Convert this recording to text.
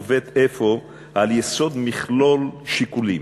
מובאת אפוא על יסוד מכלול שיקולים,